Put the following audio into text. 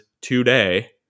today